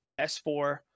S4